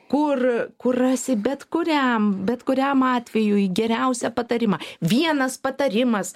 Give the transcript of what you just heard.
kur kur rasi bet kuriam bet kuriam atvejui geriausią patarimą vienas patarimas